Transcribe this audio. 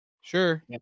sure